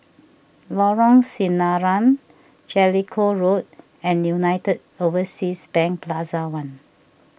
Lorong Sinaran Jellicoe Road and United Overseas Bank Plaza one